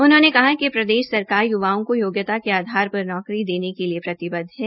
उन्होंने कहा कि प्रदेश सरकार युवाओं को योग्यता के आधार पर नौकरी देने के लिए प्रतिबद्ध है